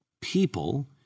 people